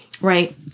right